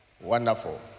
Wonderful